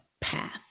path